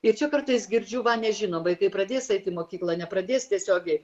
ir čia kartais girdžiu va nežino vaikai pradės eiti į mokyklą nepradės tiesiogiai